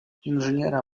inżyniera